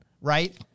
right